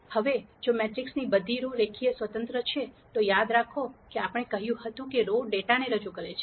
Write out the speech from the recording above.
હવે જો મેટ્રિક્સની બધી રો રેખીય સ્વતંત્ર છે તો યાદ રાખો કે આપણે કહ્યું હતું કે રો ડેટાને રજૂ કરે છે